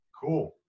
Cool